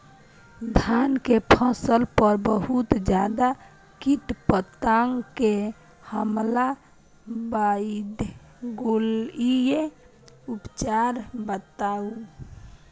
धान के फसल पर बहुत ज्यादा कीट पतंग के हमला बईढ़ गेलईय उपचार बताउ?